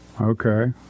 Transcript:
Okay